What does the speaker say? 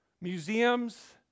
museums